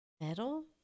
metal